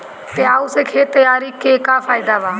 Plough से खेत तैयारी के का फायदा बा?